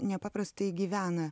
nepaprastai gyvena